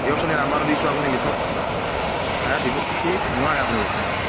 দিয়কচোন এই নাম্বাৰটো দিছোঁ আপুনি লিখক হে দিব কি নোৱাৰে আপোনালোকৰ কোম্পানীত